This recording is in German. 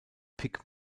pick